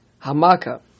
hamaka